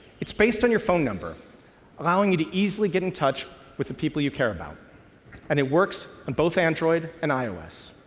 it's based on your phone number allowing you to easily get in touch with the people you care about and it works on and both android and ios.